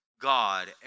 God